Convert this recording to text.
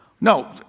No